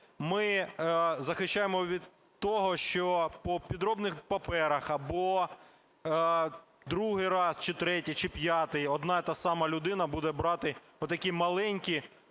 ми захищаємо від того, що по підробних паперах або другий раз, чи третій, чи п'ятий одна й та сама людина буде брати такі маленькі